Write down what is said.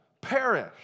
perish